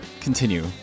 continue